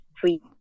three